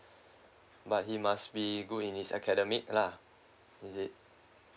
but he must be good in his academic lah is it